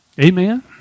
Amen